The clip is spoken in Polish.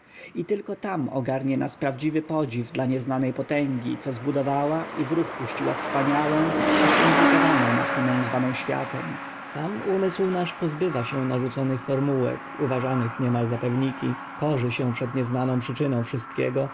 i tylko tam ogarnie nas prawdziwy podziw dla nieznanej potęgi co zbudowała i w ruch puściła wspaniałą a skomplikowaną machinę zwaną światem tam umysł nasz pozbywa się narzuconych formułek uważanych niemal za pewniki korzy się przed nieznaną przyczyną wszystkiego